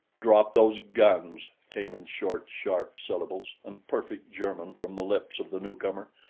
drop those guns! came in short, sharp syllables and perfect german from the lips of the newcomer.